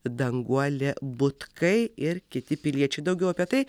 danguolė butkai ir kiti piliečiai daugiau apie tai